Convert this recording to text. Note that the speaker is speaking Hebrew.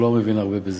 הוא לא מבין הרבה בזה,